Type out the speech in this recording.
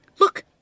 Look